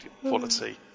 quality